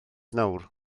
nawr